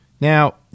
Now